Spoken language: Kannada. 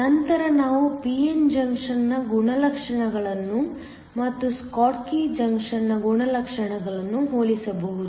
ನಂತರ ನಾವು p n ಜಂಕ್ಷನ್ನ ಗುಣಲಕ್ಷಣಗಳನ್ನು ಮತ್ತು ಸ್ಕಾಟ್ಕಿ ಜಂಕ್ಷನ್ನ ಗುಣಲಕ್ಷಣಗಳನ್ನು ಹೋಲಿಸಬಹುದು